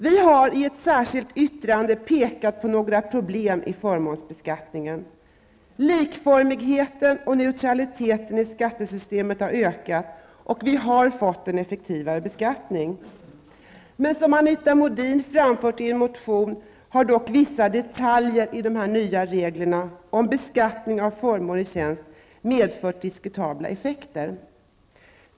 Vi har i ett särskilt yttrande pekat på några problem i förmånsbeskattningen. Likformigheten och neutraliteten i skattesystemet har ökat, och vi har fått en effektivare beskattning. Men, som Anita Modin har framfört i en motion, vissa detaljer i de nya reglerna om beskattning av förmåner i tjänst har dock medfört diskutabla effekter.